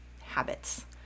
habits